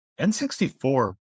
N64